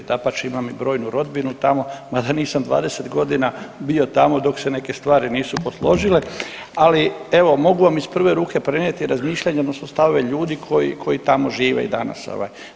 Dapače, imam i brojnu rodbinu tamo, mada nisam 20 godina bio tamo dok se neke stvari nisu posložile, ali evo, mogu vam iz prve ruke prenijeti razmišljanja, odnosno stavove ljudi koji tamo žive i danas, ovaj.